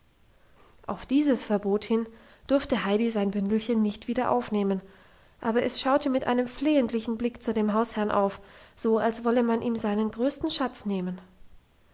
auf dieses verbot hin durfte heidi sein bündelchen nicht wieder aufnehmen aber es schaute mit einem flehentlichen blick zu dem hausherrn auf so als wollte man ihm seinen größten schatz nehmen